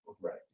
Right